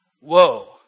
whoa